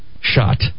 shot